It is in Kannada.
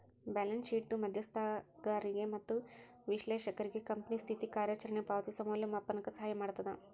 ಬ್ಯಾಲೆನ್ಸ್ ಶೇಟ್ದ್ ಮಧ್ಯಸ್ಥಗಾರಿಗೆ ಮತ್ತ ವಿಶ್ಲೇಷಕ್ರಿಗೆ ಕಂಪನಿ ಸ್ಥಿತಿ ಕಾರ್ಯಚರಣೆ ಪಾವತಿಸೋ ಮೌಲ್ಯಮಾಪನಕ್ಕ ಸಹಾಯ ಮಾಡ್ತದ